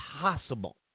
possible